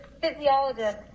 physiologist